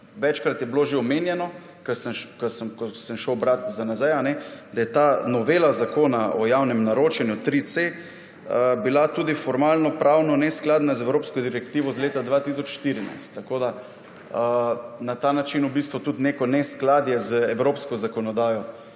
Večkrat je bilo že omenjeno, ko sem šel brati za nazaj, da je ta Novela Zakon o javnem naročanju 3c bila tudi formalno pravno neskladna z evropsko direktivo za leto 2014. Tako, da na ta način v bistvu tudi neko neskladje z evropsko zakonodajo